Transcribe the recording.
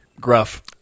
gruff